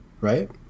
right